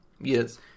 Yes